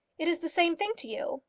it is the same thing to you?